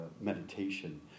meditation